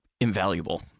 invaluable